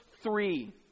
three